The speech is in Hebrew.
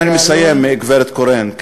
כן, אני מסיים, גברת קורן.